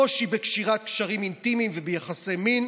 קושי בקשירת קשרים אינטימיים וביחסי מין,